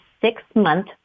six-month